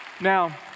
Now